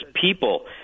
people